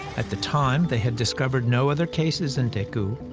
at the time, they had discovered no other cases in daegu,